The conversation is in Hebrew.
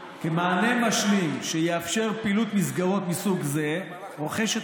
כמענה משלים שיאפשר פעילות מסגרות מסוג זה רוכשת